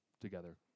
together